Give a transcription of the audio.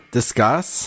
discuss